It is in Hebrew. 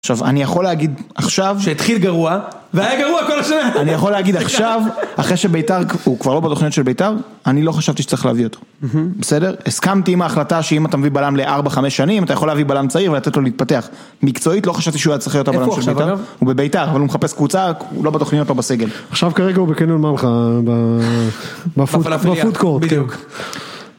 עכשיו אני יכול להגיד עכשיו שהתחיל גרוע, והיה גרוע כל השנה, אני יכול להגיד עכשיו, אחרי שביתר הוא כבר לא בתוכניות של ביתר, אני לא חשבתי שצריך להביא אותו. בסדר? הסכמתי עם ההחלטה שאם אתה מביא בלם ל-4-5 שנים אתה יכול להביא בלם צעיר ולתת לו להתפתח. מקצועית לא חשבתי שהוא היה צריך להיות הבלם של ביתר, איפה הוא עכשיו, אגב? הוא בביתר אבל הוא מחפש קבוצה, הוא לא בתוכניות לא בסגל. עכשיו כרגע הוא בקניון מלחה, בפודקורט, כן.